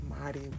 mighty